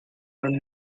were